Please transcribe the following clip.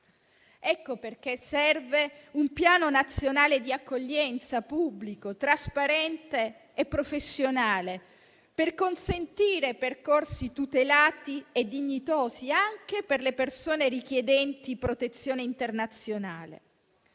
Ecco perché serve un piano nazionale d'accoglienza pubblico, trasparente e professionale, per consentire percorsi tutelati e dignitosi, anche per le persone richiedenti protezione internazionale.